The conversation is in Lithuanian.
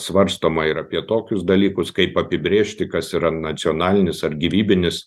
svarstoma ir apie tokius dalykus kaip apibrėžti kas yra nacionalinis ar gyvybinis